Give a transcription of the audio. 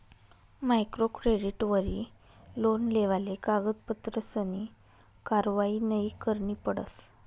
micro क्रेडिटवरी loan लेवाले कागदपत्रसनी कारवायी नयी करणी पडस